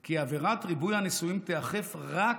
כי עבירת ריבוי הנישואים תיאכף רק